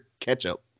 ketchup